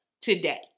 today